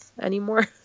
anymore